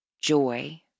joy